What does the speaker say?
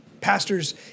Pastors